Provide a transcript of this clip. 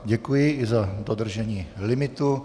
Děkuji i za dodržení limitu.